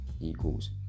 equals